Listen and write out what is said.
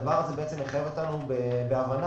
הדבר הזה מחייב אותנו בהבנה